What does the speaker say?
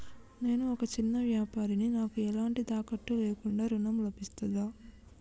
నేను ఒక చిన్న వ్యాపారిని నాకు ఎలాంటి తాకట్టు లేకుండా ఋణం లభిస్తదా?